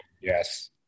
Yes